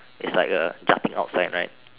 it's like a jutting out sign right